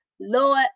Lord